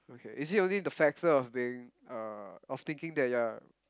okay is it only the factor of being uh of thinking that you are